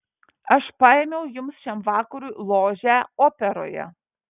aš paėmiau jums šiam vakarui ložę operoje